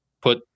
put